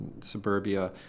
suburbia